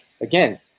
again